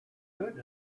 good